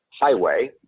highway